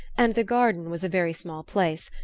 and the garden was a very small place,